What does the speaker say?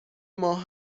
ماه